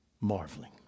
marveling